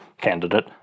candidate